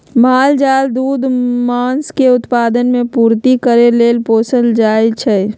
माल जाल दूध, मास के उत्पादन से पूर्ति करे लेल पोसल जाइ छइ